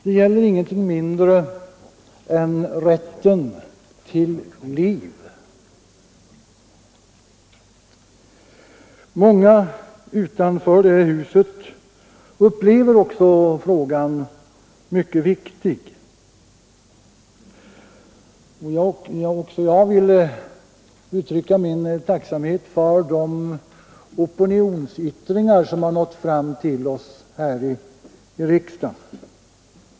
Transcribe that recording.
Den gäller ingenting mindre än rätten till liv. Många utanför det här huset upplever också frågan som mycket viktig. Även jag vill uttrycka min tacksamhet för de opinionsyttringar som har nått fram till oss här i riksdagen.